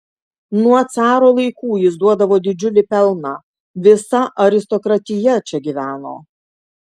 nuo caro laikų jis duodavo didžiulį pelną visa aristokratija čia gyveno